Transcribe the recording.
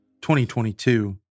2022